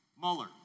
Mueller